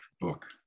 book